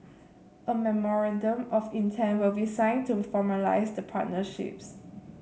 a memorandum of intent will be signed to formalise the partnerships